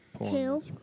Two